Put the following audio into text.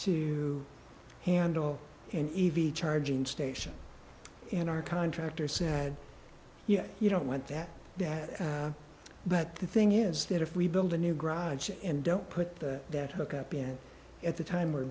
to handle and evy charging station and our contractor said yeah you don't want that that but the thing is that if we build a new gracia and don't put that hook up in at the time